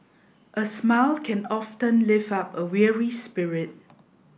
a smile can often lift up a weary spirit